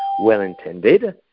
well-intended